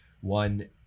one